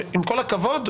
עם הכבוד,